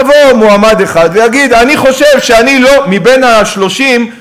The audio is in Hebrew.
יבוא מועמד אחד ויגיד: מבין ה-30,